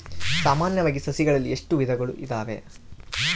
ಸಾಮಾನ್ಯವಾಗಿ ಸಸಿಗಳಲ್ಲಿ ಎಷ್ಟು ವಿಧಗಳು ಇದಾವೆ?